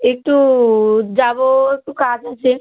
একটু যাবো একটু কাজ আছে